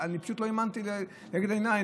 ואני פשוט לא האמנתי למראה עיניי.